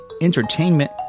entertainment